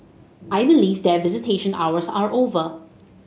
I believe that visitation hours are over